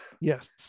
yes